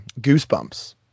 Goosebumps